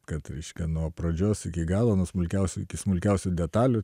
kad reiškia nuo pradžios iki galo nuo smulkiausių iki smulkiausių detalių